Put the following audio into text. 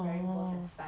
oh